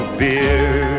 beer